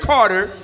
Carter